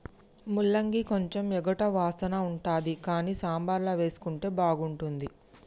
ముల్లంగి కొంచెం ఎగటు వాసన ఉంటది కానీ సాంబార్ల వేసుకుంటే బాగుంటుంది